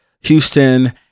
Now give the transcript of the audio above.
Houston